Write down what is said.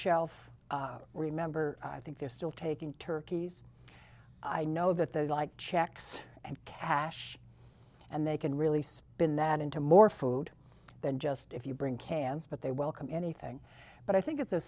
shelf remember i think they're still taking turkeys i know that they like checks and cash and they can really spin that into more food than just if you bring cans but they welcome anything but i think it's a